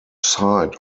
side